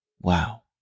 wow